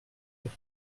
pour